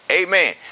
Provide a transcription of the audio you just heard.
Amen